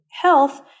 health